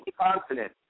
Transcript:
confident